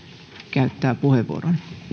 käyttää puheenvuoron